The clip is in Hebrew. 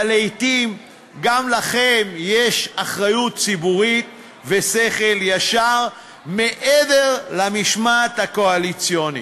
אבל לעתים גם לכם יש אחריות ציבורית ושכל ישר מעבר למשמעת הקואליציונית.